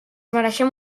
mereixem